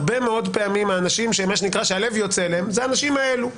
הרבה מאוד פעמים האנשים שהלב יוצא אליהם הם האנשים האלו.